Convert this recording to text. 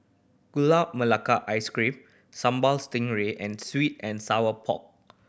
Gula Melaka Ice Cream Sambal Stingray and sweet and sour pork